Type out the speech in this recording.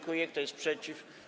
Kto jest przeciw?